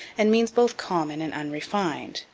and means both common and unrefined,